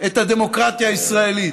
את הדמוקרטיה הישראלית,